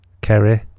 Kerry